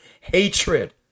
hatred